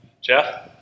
Jeff